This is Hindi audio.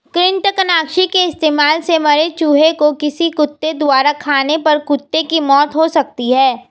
कृतंकनाशी के इस्तेमाल से मरे चूहें को किसी कुत्ते द्वारा खाने पर कुत्ते की मौत हो सकती है